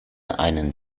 einen